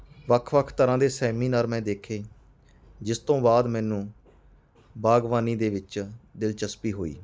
ਵੱਖ ਵੱਖ ਤਰ੍ਹਾਂ ਦੇ ਸੈਮੀਨਾਰ ਮੈਂ ਦੇਖੇ ਜਿਸ ਤੋਂ ਬਾਅਦ ਮੈਨੂੰ ਬਾਗਬਾਨੀ ਦੇ ਵਿੱਚ ਦਿਲਚਸਪੀ ਹੋਈ